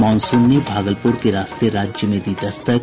monsoon ने भागलपुर के रास्ते राज्य में दी दस्तक